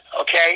Okay